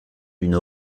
d’une